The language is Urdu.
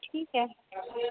ٹھیک ہے